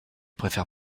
préfère